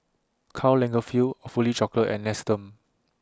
Karl Lagerfeld Awfully Chocolate and Nestum